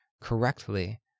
correctly